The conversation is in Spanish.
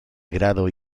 grado